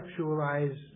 conceptualize